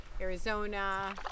Arizona